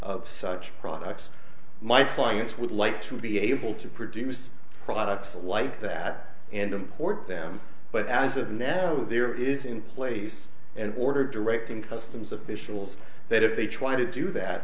of such products my clients would like to be able to produce products like that and import them but as of now there is in place an order directing customs officials that if they try to do that